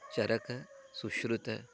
चरकः शुश्रुतः